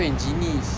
apa yang genie